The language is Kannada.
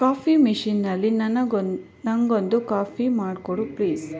ಕಾಫಿ ಮೆಷೀನಲ್ಲಿ ನನಗೊಂದು ನಂಗೊಂದು ಕಾಫಿ ಮಾಡಿಕೊಡು ಪ್ಲೀಸ್